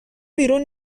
بیرون